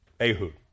Ehud